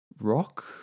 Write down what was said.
rock